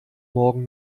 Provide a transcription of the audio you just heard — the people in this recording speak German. morgen